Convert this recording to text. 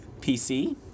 pc